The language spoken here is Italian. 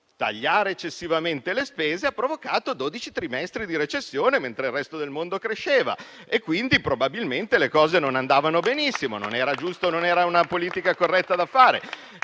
tagliare eccessivamente le spese ha provocato dodici trimestri di recessione, mentre il resto del mondo cresceva. Probabilmente, quindi, le cose non andavano benissimo, non era una politica corretta da fare.